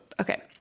Okay